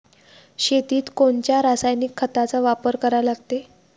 शेतीत कोनच्या रासायनिक खताचा वापर करा लागते?